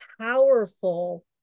powerful